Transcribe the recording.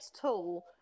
tool